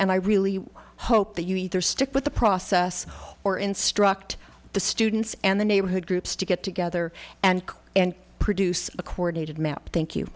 and i really hope that you either stick with the process or instruct the students and the neighborhood groups to get together and and produce a coordinated map thank you